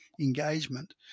engagement